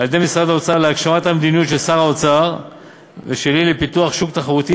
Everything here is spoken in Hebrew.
על-ידי משרד האוצר להגשמת המדיניות של שר האוצר ושלי לפיתוח שוק תחרותי